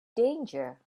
danger